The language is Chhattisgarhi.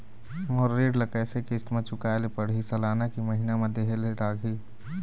मोर ऋण ला कैसे किस्त म चुकाए ले पढ़िही, सालाना की महीना मा देहे ले लागही?